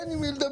אין עם מי לדבר.